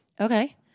Okay